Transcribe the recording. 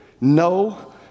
no